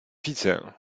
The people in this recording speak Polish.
widzę